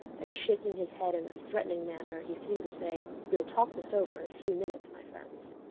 and shaking his head in a threatening manner, he seemed to say, we'll talk this over in a few minutes, my friends.